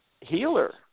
healer